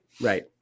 right